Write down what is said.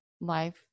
life